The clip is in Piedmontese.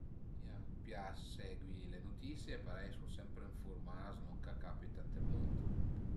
Mi an pias segui le nutisie parei sun sempre ënfurmà s'lon ch'a capita ënt ël munt